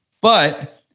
but-